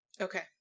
Okay